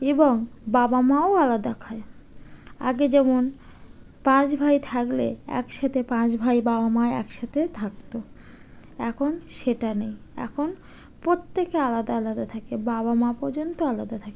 এবং বাবা মাও আলাদা খায় আগে যেমন পাঁচ ভাই থাকলে একসাথে পাঁচ ভাই বাবা মা একসাথে থাকতো এখন সেটা নেই এখন প্রত্যেকে আলাদা আলাদা থাকে বাবা মা পর্যন্ত আলাদা থাকে